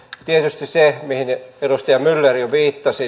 tietysti sen osalta mihin edustaja myller jo viittasi